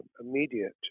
immediate